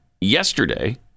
yesterday